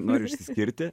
nori išsiskirti